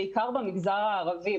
בעיקר במגזר הערבי.